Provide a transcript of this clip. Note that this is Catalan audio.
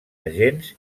agents